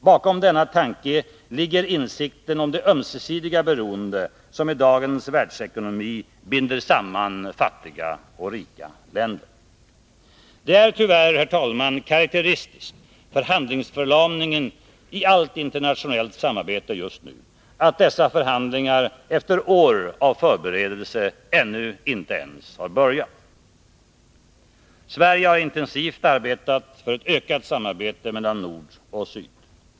Bakom denna tanke ligger insikten om det ömsesidiga beroende som i dagens världsekonomi binder samman fattiga och rika länder. Det är tyvärr, herr talman, karakteristiskt för handlingsförlamningen i allt internationellt samarbete just nu att dessa förhandlingar efter år av förberedelser ännu inte ens har börjat. Sverige har intensivt arbetat för ett ökat samarbete mellan nord och syd.